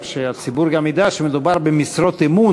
רק שהציבור גם ידע שמדובר במשרות אמון,